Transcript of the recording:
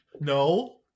No